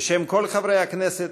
בשם כל חברי הכנסת,